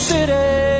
City